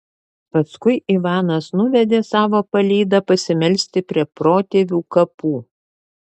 paskui ivanas nuvedė savo palydą pasimelsti prie protėvių kapų